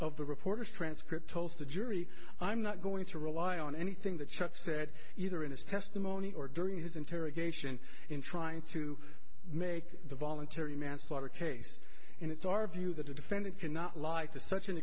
of the reporters transcript told the jury i'm not going to rely on anything that chuck said either in his testimony or during his interrogation in trying to make the voluntary manslaughter case and it's our view that the defendant cannot lie to such an